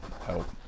help